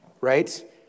right